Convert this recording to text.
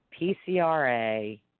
PCRA